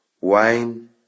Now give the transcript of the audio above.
wine